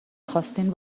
خواستین